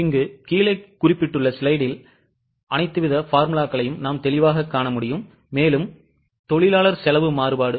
எனவே தொழிலாளர் செலவு மாறுபாடு